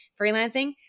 freelancing